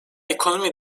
ekonomi